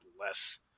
less